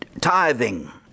tithing